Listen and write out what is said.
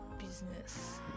business